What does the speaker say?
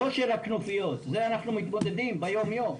לא של הכנופיות, עם זה אנחנו מתמודדים ביום יום.